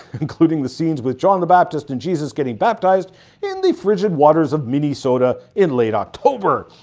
including the scenes with john the baptist and jesus getting baptized in the frigid waters of mini-soda in late october!